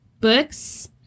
books